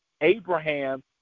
Abraham